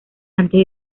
antes